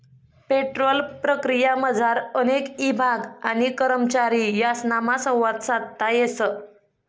petrol प्रक्रियामझार अनेक ईभाग आणि करमचारी यासनामा संवाद साधता येस